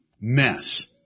mess